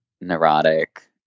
Neurotic